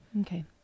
okay